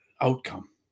Outcome